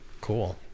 cool